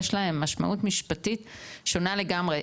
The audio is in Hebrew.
יש להם משמעות משפטית שונה לגמרי,